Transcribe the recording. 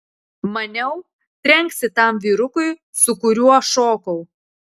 maniau trenksi tam vyrukui su kuriuo šokau